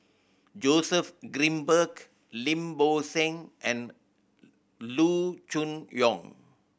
Joseph Grimberg Lim Bo Seng and Loo Choon Yong